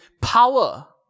power